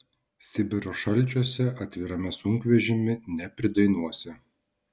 sibiro šalčiuose atvirame sunkvežimy nepridainuosi